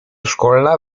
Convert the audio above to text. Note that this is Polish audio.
szkolna